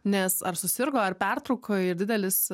nes ar susirgo ar pertraukoj ir didelis